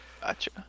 Gotcha